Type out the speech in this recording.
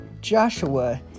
Joshua